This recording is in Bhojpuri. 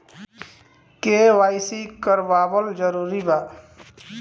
के.वाइ.सी करवावल जरूरी बा?